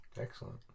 Excellent